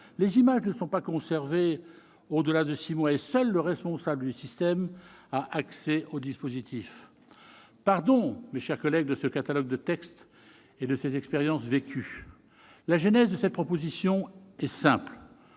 les images ne sont pas conservées au-delà de six mois et seul le responsable du système a accès au dispositif. Mes chers collègues, pardon pour ce catalogue de textes et d'expériences vécues. La genèse de cette proposition est simple